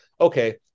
okay